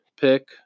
pick